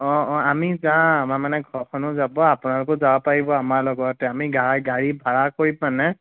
অঁ অঁ আমি যাম আমাৰ মানে ঘৰখনো যাব আপোনালোকো যাব পাৰিব আমাৰ লগতে আমি গাড়ী ভাড়া কৰিম মানে